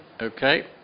Okay